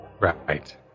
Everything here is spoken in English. Right